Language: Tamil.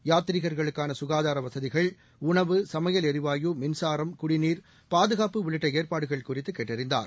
யாத்ரிகர்களுக்கான சுகாதார வசதிகள் உணவு சமையல் எரிவாயு மின்சாரம் குடிநீர் பாதுகாப்பு உள்ளிட்ட ஏற்பாடுகள் குறித்து கேட்டறிந்தார்